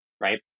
right